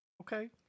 Okay